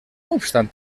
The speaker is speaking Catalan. obstant